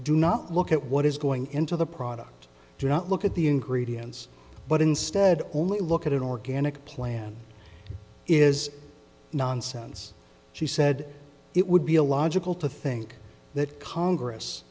do not look at what is going into the product do not look at the ingredients but instead only look at an organic plan is nonsense she said it would be a logical to think that cong